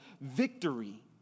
victory